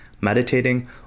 meditating